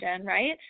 right